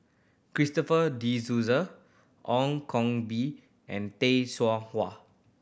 Christopher De Souza Ong Koh Bee and Tay Seow Huah